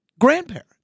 grandparent